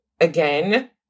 again